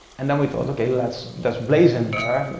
and then we thought okay, let's just blaze in there.